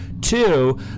Two